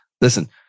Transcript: listen